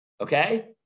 okay